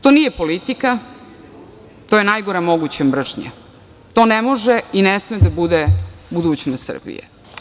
To nije politika, to je najgora moguća mržnja, to ne može i ne sme da bude budućnost Srbije.